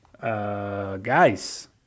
Guys